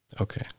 Okay